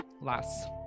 last